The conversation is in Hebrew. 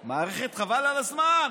מערכת, חבל על הזמן.